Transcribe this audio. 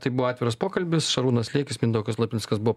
tai buvo atviras pokalbis šarūnas liekis mindaugas lapinskas buvo